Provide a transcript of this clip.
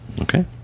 Okay